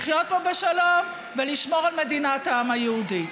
לחיות פה בשלום ולשמור על מדינת העם היהודי.